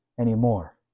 anymore